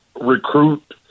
recruit